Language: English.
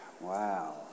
Wow